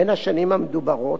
בין השנים המדוברות.